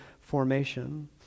formation